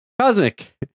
Cosmic